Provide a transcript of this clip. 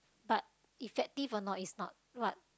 like effective or not is not what